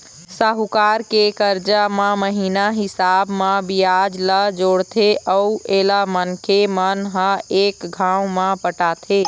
साहूकार के करजा म महिना हिसाब म बियाज ल जोड़थे अउ एला मनखे मन ह एक घांव म पटाथें